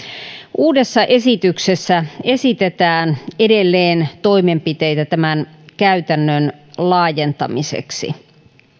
uudessa esityksessä esitetään edelleen toimenpiteitä tämän käytännön laajentamiseksi